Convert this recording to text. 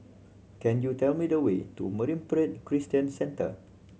can you tell me the way to Marine Parade Christian Centre